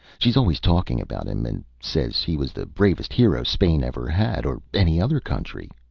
she's always talking about him, and says he was the bravest hero spain ever had, or any other country.